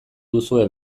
duzue